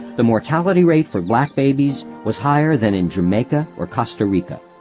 the mortality rate for black babies was higher than in jamaica or costa rica.